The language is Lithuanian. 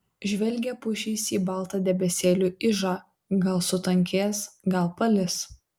žvelgia pušys į baltą debesėlių ižą gal sutankės gal palis